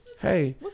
Hey